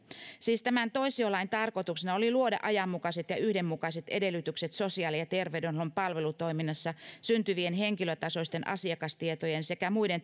siis tämän toisiolain tarkoituksena oli luoda ajanmukaiset ja yhdenmukaiset edellytykset sosiaali ja terveydenhuollon palvelutoiminnassa syntyvien henkilötasoisten asiakastietojen sekä muiden